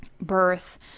birth